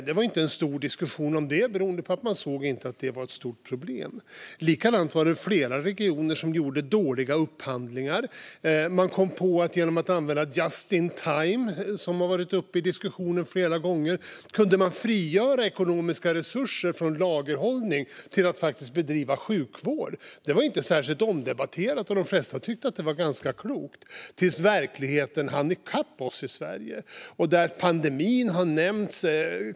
Det var inte en stor diskussion om det, vilket berodde på att man inte såg att det var ett stort problem. Det var flera regioner som gjorde dåliga upphandlingar. Man kom på att man genom att använda just-in-time, som har varit uppe i diskussionen flera gånger, kunde frigöra ekonomiska resurser från lagerhållning och använda dem till att faktiskt bedriva sjukvård. Det var inte särskilt omdebatterat. De flesta tyckte att det var ganska klokt tills verkligheten hann i kapp oss i Sverige. Pandemin har nämnts.